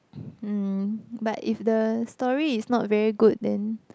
mm but if the story is not very good then